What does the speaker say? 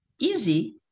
easy